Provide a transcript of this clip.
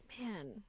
man